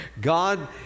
God